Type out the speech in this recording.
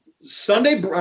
sunday